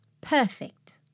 Perfect